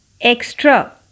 Extra